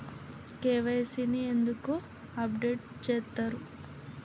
KYC ని ఎందుకు update చేత్తరు?